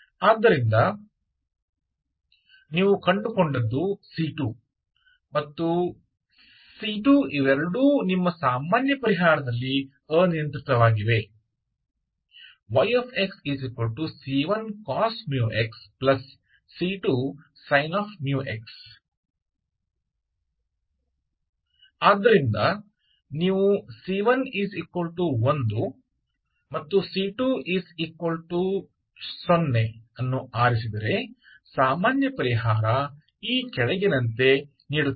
ಆದ್ದರಿಂದ ನೀವು ಕಂಡುಕೊಂಡದ್ದು c2 ಮತ್ತು c2 ಇವೆರಡೂ ನಿಮ್ಮ ಸಾಮಾನ್ಯ ಪರಿಹಾರದಲ್ಲಿ ಅನಿಯಂತ್ರಿತವಾಗಿವೆ yxc1cos μx c2 sin⁡μx ಆದ್ದರಿಂದ ನೀವು c11c20 ಅನ್ನು ಆರಿಸಿದರೆ ಸಾಮಾನ್ಯ ಪರಿಹಾರ ಈ ಕೆಳಗಿನಂತೆ ನೀಡುತ್ತದೆ